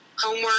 homework